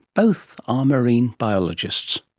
both are marine biologists.